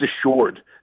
assured